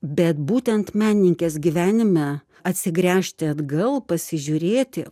bet būtent menininkės gyvenime atsigręžti atgal pasižiūrėti